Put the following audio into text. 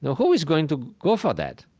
so who is going to go for that?